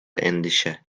endişe